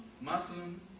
Muslim